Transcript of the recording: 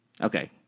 Okay